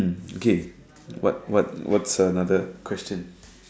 kay what what what's another question